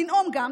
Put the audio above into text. "לנאום גם",